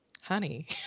honey